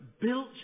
built